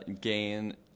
gain